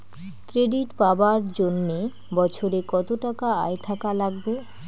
Credit পাবার জন্যে বছরে কত টাকা আয় থাকা লাগবে?